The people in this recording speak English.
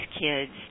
kids